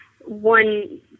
one